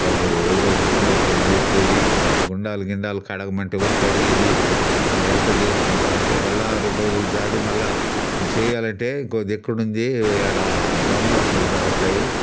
వాళ్ళు వదిలేసిన ప్లేట్లు అన్నీ ఎత్తేది గుండాలు గిండాలు కడగమంటే కూడా కడిగేది ఆ అంతా చేసుకుంటా ఉంటే మళ్ళా రెండురోజులు జాలి మళ్ళా ఇంక చెయ్యాలంటే ఇంకో దిక్కునుండి ఆడ బ్రహ్మోత్సవాలు జరుగుతాయి